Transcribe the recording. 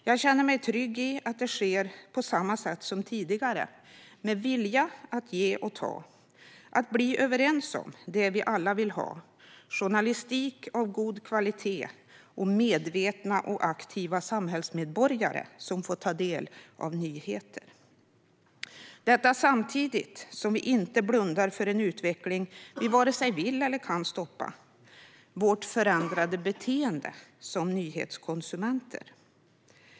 Jag känner mig trygg i att det sker på samma sätt som tidigare, med en vilja att ge och ta och att bli överens om det som vi alla vill ha: journalistik av god kvalitet och medvetna och aktiva samhällsmedborgare som får ta del av nyheter samtidigt som vi inte blundar för en utveckling som vi varken vill eller kan stoppa, nämligen vårt förändrade beteende som nyhetskonsumenter.